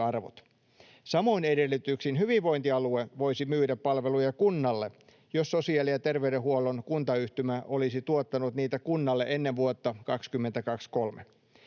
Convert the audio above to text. Samoin edellytyksin hyvinvointialue voisi myydä palveluja kunnalle, jos sosiaali- ja terveydenhuollon kuntayhtymä on tuottanut niitä kunnalle ennen vuotta 2023.